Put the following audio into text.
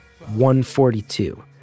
142